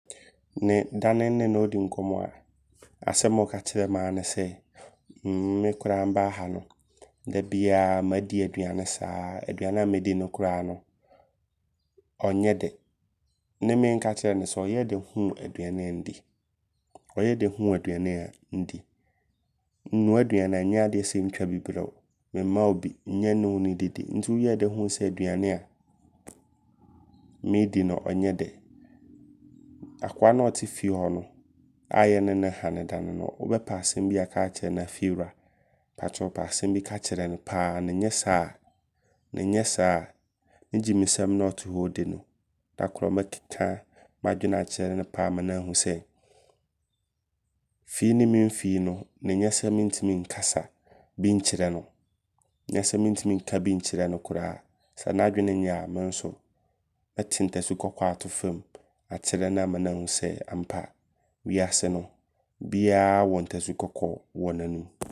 Ne dane nne no ɔɔdi nkɔmmɔ a. Asɛm a ɔka kyerɛmmaa ne sɛ mmm me koraa mbaa ha no da biaa maadi aduane saa. Aduane a mɛdi no koraa no ɔnyɛ dɛ. Ne me nka kyerɛ no sɛ ɔyɛɛdɛ huu aduane ndi. Ɔyɛɛdɛ huu aduane ndi. Nnoa aduane nyɛ adeɛ sɛ ntwa bi brɛ wo. Me mma wo bi. Nyɛ nne wo ne didi. Nti woyɛɛ huu sɛ aduane a meedi no ɔnyɛdɛ? Akoa no a ɔte fie hɔ no. A yɛne no hane dane no. Wobɛpɛ asɛm bi aka akyerɛ no a ,fiewura mpawokyɛw pɛ asɛm ka kyerɛ no paa. Ne nyɛ saa ne nyɛ saa ne gyimisɛm no a ɔte hɔ ɔɔdi no. Da koro mɛkeka m'adwene akyerɛ no paa. Ama na ahu sɛ, fii ne memfii ne nyɛ sɛ mentim nkasa bi nkyerɛ no koraa. Nyɛ sɛ mentim nka bi nkyerɛ no koraa. Sɛ n'adwene nyɛ a me nso mɛte ntasukɔkɔɔ ato fam akyerɛ no. Ama naahu sɛ ampa wiase no biaa wɔ ntasukɔkɔɔ wɔ n'anum.